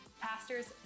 Pastors